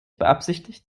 beabsichtigt